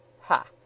Ha